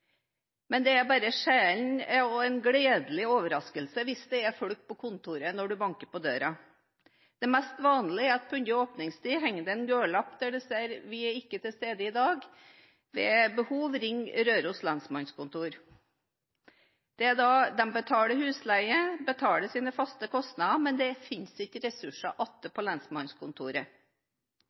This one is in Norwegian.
Men det er bare sjelden og en gledelig overraskelse at det er folk på kontoret når en banker på døra. Det mest vanlige er at det under åpningstidene henger en lapp hvor det står «Vi er ikke til stede i dag, ved behov ring Røros lensmannskontor». De betaler husleie, de betaler sine faste kostnader, men det finnes ikke ressurser igjen på lensmannskontoret.